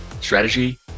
strategy